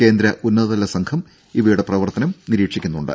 കേന്ദ്ര ഉന്നതതല സംഘം ഇവയുടെ പ്രവർത്തനം നിരീക്ഷിക്കുന്നുണ്ട്